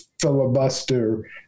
filibuster